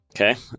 Okay